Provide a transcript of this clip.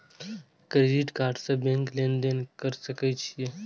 Credit card से bank में लेन देन कर सके छीये?